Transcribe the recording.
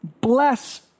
Bless